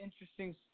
interesting